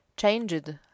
Changed